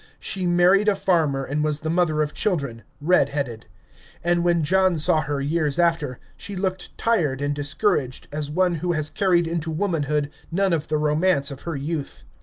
she married a farmer and was the mother of children, red-headed and when john saw her years after, she looked tired and discouraged, as one who has carried into womanhood none of the romance of her youth.